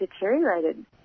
deteriorated